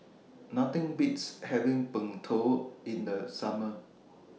Nothing Beats having Png Tao in The Summer